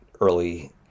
early